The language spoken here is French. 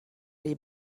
les